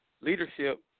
leadership